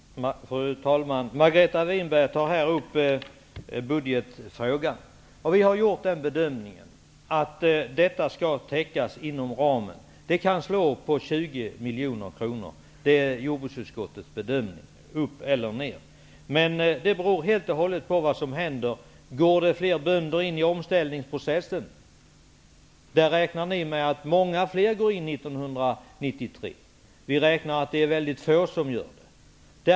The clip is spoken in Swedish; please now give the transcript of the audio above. Fru talman! Margareta Winberg tar här upp budgetfrågan. Vi har gjort bedömningen att detta skall täckas inom ramen. Jordbruksutskottets bedömning är att det kan slå på 20 miljoner kronor upp eller ned. Men det beror helt och hållet på vad som händer. Ni räknar med att många fler bönder går in i omställningsprocessen 1993. Vi räknar med att det är väldigt få som gör det.